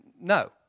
No